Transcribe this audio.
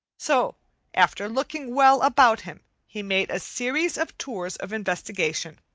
so after looking well about him he made a series of tours of investigation.